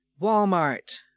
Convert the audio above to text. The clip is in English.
Walmart